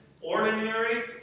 ordinary